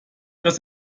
das